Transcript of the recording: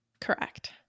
Correct